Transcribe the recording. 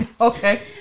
Okay